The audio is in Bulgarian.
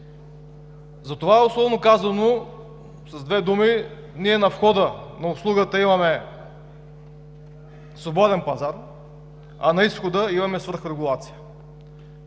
затова, условно казано, с две думи: ние на входа на услугата имаме свободен пазар, а на изхода имаме свръхрегулация.